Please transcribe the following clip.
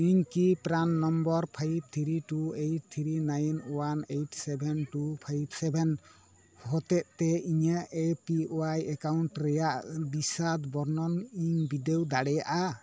ᱤᱧ ᱠᱤ ᱯᱨᱟᱱ number five three two eight three nine one eight seven two five seven ᱦᱚᱛᱮᱡᱽ ᱛᱮ ᱤᱧᱟᱹᱜ ᱮ ᱯᱤ ᱳᱭᱟᱭ ᱮᱠᱟᱣᱩᱱᱴ ᱨᱮᱭᱟᱜ ᱵᱤᱥᱟᱫ ᱵᱚᱨᱱᱚᱱ ᱤᱧ ᱵᱤᱰᱟᱹᱣ ᱫᱟᱲᱮᱭᱟᱜᱼᱟ